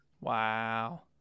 Wow